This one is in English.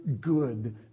good